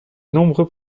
nombreux